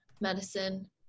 medicine